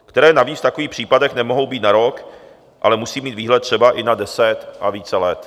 Které navíc v takových případech nemohou být na rok, ale musí mít výhled třeba i na deset a více let.